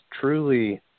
truly